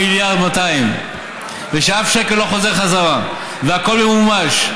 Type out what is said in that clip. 5.2 מיליארד ושאף שקל לא חוזר חזרה והכול ממומש.